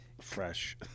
fresh